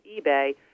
eBay